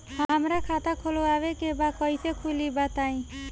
हमरा खाता खोलवावे के बा कइसे खुली बताईं?